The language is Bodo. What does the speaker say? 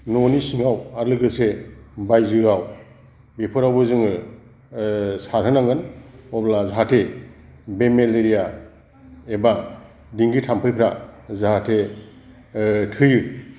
न'नि सिङाव आरो लोगोसे बायजोआव बेफोरावबो जोङो सारहोनांगोन अब्ला जाहाथे बे मेलेरिया एबा देंगु थाम्फैफोरा जाहाथे थैयो